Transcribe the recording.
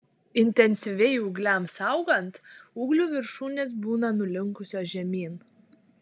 intensyviai ūgliams augant ūglių viršūnės būna nulinkusios žemyn